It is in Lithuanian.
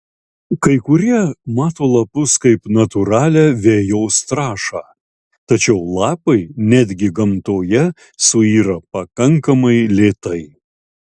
kai kurie mato lapus kaip natūralią vejos trąšą tačiau lapai netgi gamtoje suyra pakankamai lėtai